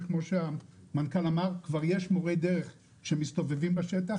וכפי שהמנכ"ל אמר כבר יש מורי דרך שמסתובבים בשטח